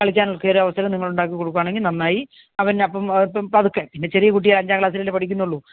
കളിക്കാനൊക്കെയുള്ള അവസരം നിങ്ങൾ ഉണ്ടാക്കി കൊടുക്കുകയാണെങ്കിൽ നന്നായി അവൻ പതുക്കെ പിന്നെ ചെറിയ കുട്ടിയല്ലേ അഞ്ചാം ക്ലാസ്സിലല്ലേ പഠിക്കുന്നുള്ളൂ